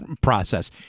process